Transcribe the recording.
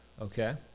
okay